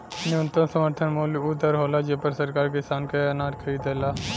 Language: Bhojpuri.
न्यूनतम समर्थन मूल्य उ दर होला जेपर सरकार किसान के अनाज खरीदेला